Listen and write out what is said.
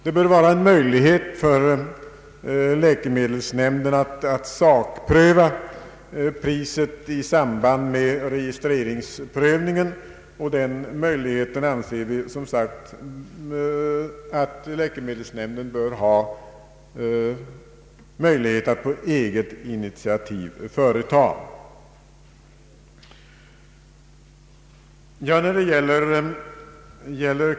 Det bör finnas en möjlighet för läkemedelsnämnden att sakpröva priset i samband med registreringsprövningen, och det bör som sagt få ske på dess eget initiativ.